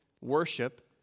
worship